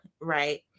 right